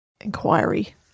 inquiry